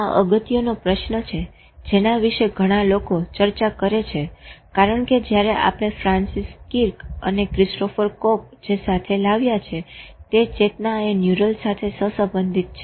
આ અગત્યનો પ્રશ્ન છે જેના વિશે ઘણા લોકો ચર્ચા કરે છે કારણ કે જયારે આપણે ફ્રાંન્સીસ કિર્ક અને ક્રિસ્ટોફર કોક જે સાથે લાવ્યા છે તે ચેતનાએ ન્યુરલ સાથે સહસંબંધિત છે